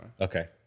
okay